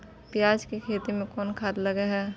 पियाज के खेती में कोन खाद लगे हैं?